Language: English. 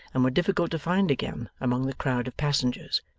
and were difficult to find again, among the crowd of passengers.